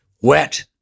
wet